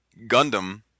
Gundam